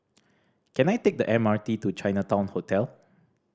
can I take the M R T to Chinatown Hotel